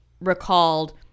recalled